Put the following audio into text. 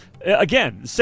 Again